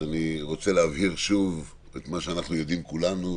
אז אני רוצה להבהיר שוב את מה שאנחנו יודעים כולנו,